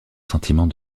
sentiment